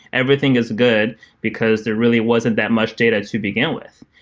everything is good because there really wasn't that much data to begin with.